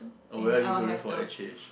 oh where are you going for exchange